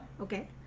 Okay